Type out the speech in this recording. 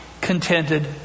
contented